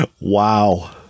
Wow